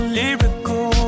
lyrical